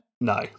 No